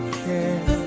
care